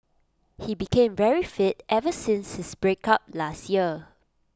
he became very fit ever since his breakup last year